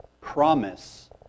promise